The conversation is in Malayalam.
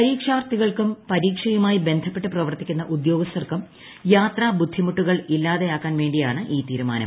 പരീക്ഷാർത്ഥികൾക്കും പരീക്ഷയുമായി ബന്ധപ്പെട്ട് പ്രവർത്തിക്കുന്ന ഉദ്യോഗസ്ഥർക്കും യാത്രാ ബുദ്ധിമുട്ടുകൾ ഇല്ലാതെയാക്കാൻ വേണ്ടിയാണ് ഈ തീരുമാനം